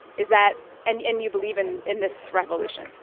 is that and and you believe in in this revolution?